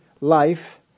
life